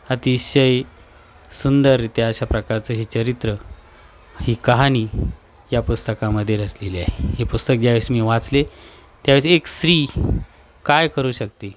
अतिशय सुंदररित्या अशा प्रकारचं हे चरित्र ही कहाणी या पुस्तकामध्ये रचलेली आहे हे पुस्तक ज्यावेळेस मी वाचले त्यावेळेस एक स्त्री काय करू शकते